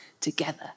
together